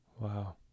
Wow